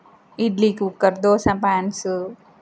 idli cooker dosa pans